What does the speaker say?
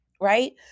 right